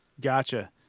Gotcha